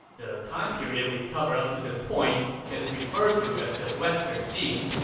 the time period we've covered up to this point is referred to as the western jin,